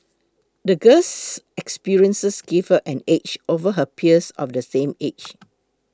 the girl's experiences gave her an edge over her peers of the same age